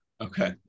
okay